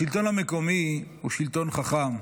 השלטון המקומי הוא שלטון חכם.